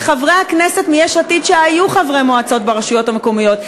וחברי הכנסת מיש עתיד שהיו חברי מועצות ברשויות המקומיות,